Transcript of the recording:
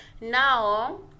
Now